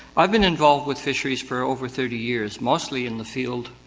i've been involved with fisheries for over thirty years, mostly in the field,